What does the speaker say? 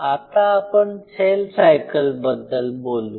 आता आपण cell cycle बद्दल बोलू